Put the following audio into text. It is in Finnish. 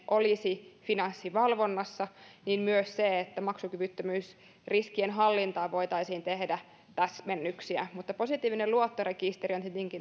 olisi finanssivalvonnassa niin myös maksukyvyttömyysriskien hallintaan voitaisiin tehdä täsmennyksiä mutta positiivinen luottorekisteri on tietenkin